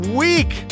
week